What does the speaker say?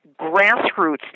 grassroots